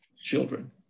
children